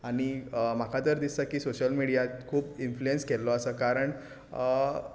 आनी म्हाका तर दिसता की सोशल मिडिया खूब इनफ्लुयंस केल्लो आसा कारण